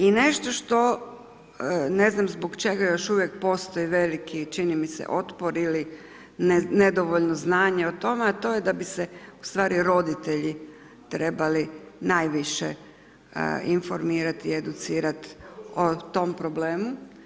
I nešto što, ne znam zbog čega još uvijek postoji, veliki, čini mi se otpor ili nedovoljno znanje o tome, a to je da bi se ustvari roditelji trebali najviše informirati i educirati o tom problemu.